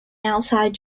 outside